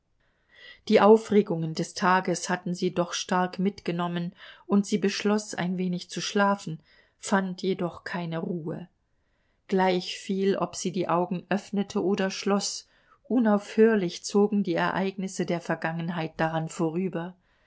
die aufregungen des tages hatten sie doch stark mitgenommen und sie beschloß ein wenig zu schlafen fand jedoch keine ruhe gleichviel ob sie die augen öffnete oder schloß unaufhörlich zogen die ereignisse der vergangenheit daran vorüber